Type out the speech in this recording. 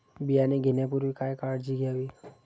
बियाणे घेण्यापूर्वी काय काळजी घ्यावी?